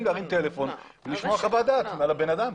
להרים טלפון ולשמוע חוות דעת על הבן אדם.